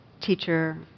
teacher